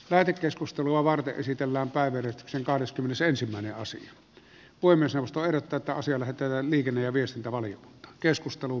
lähetekeskustelua varten esitellään päivä ja sen kahdeskymmenesensimmäinen asia voi myös ostaa nyt tätä on siellä täällä liikenne ja viestintävaliokuntaan